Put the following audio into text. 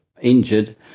injured